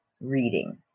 reading